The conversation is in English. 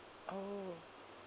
oh